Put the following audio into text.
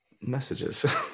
messages